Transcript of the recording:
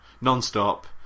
non-stop